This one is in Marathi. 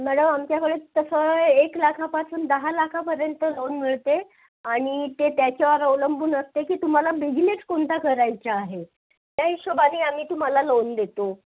मॅडम आमच्याकडे तसं एक लाखापासून दहा लाखापर्यंत लोन मिळते आणि ते त्याच्यावर अवलंबून असते की तुम्हाला बिझिनेस कोणता करायचा आहे त्या हिशोबाने आम्ही तुम्हाला लोन देतो